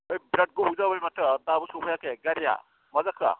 ओइ बिराद गोबाव जाबाय माथो दाबो सफैयाखै गारिया मा जाखो